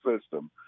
system